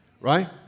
Right